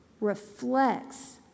reflects